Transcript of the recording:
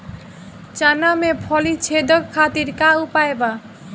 चना में फली छेदक खातिर का उपाय बा?